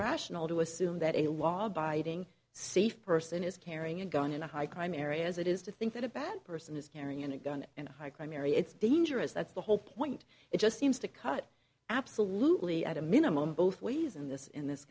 rational to assume that a law abiding safe person is carrying a gun in a high crime area as it is to think that a bad person is carrying a gun in a high crime area it's dangerous that's the whole point it just seems to cut absolutely at a minimum both ways in this in this